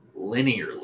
linearly